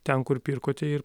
ten kur pirkote ir